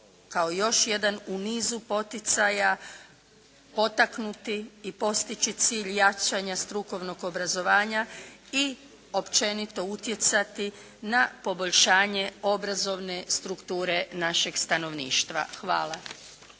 kao i još jedan u nizu poticaja potaknuti i postići cilj jačanja strukovnog obrazovanja i općenito utjecati na poboljšanje obrazovne strukture našeg stanovništva. Hvala.